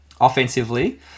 offensively